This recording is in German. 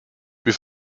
wir